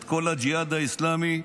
את כל הג'יהאד האסלאמי,